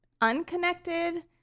unconnected